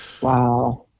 Wow